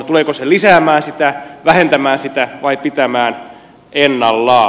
tuleeko se lisäämään sitä vähentämään sitä vai pitämään ennallaan